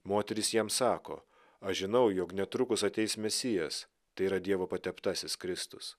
moterys jam sako aš žinau jog netrukus ateis mesijas tai yra dievo pateptasis kristus